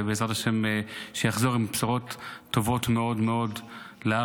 ובעזרת השם שיחזור עם בשורות טובות מאוד מאוד לארץ,